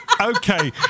Okay